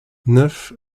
neuf